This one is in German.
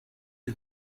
die